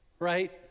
right